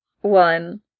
one